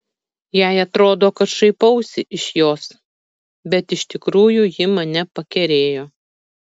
jai atrodo kad šaipausi iš jos bet iš tikrųjų ji mane pakerėjo